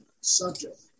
subject